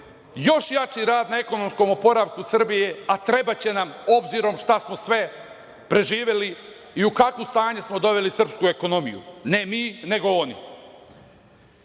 još jači rad na ekonomskom oporavku Srbije, a trebaće nam, obzirom šta smo sve preživeli i u kakvo stanje smo doveli srpsku ekonomiju, ne mi, nego